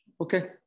Okay